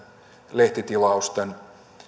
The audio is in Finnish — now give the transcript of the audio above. lehtitilausten